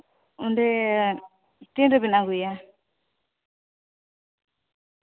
ᱚᱸᱰᱮ ᱛᱤᱱ ᱨᱮᱵᱮᱱ ᱟ ᱜᱩᱭᱟ